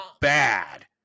bad